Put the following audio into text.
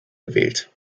gewählt